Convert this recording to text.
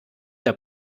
der